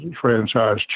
franchise